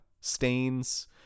stains